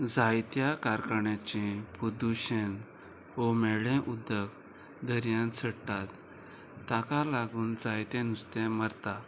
जायत्या कारखान्यांचे प्रदुशण हो मेळ्ळें उदक दर्यान सडटात ताका लागून जायते नुस्तें मारता